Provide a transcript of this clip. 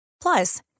Plus